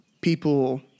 people